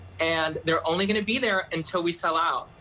and they're only going to be there until we sell out.